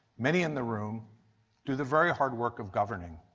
many in the room to the very hard work of governing.